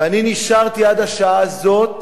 ואני נשארתי עד השעה הזאת,